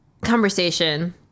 conversation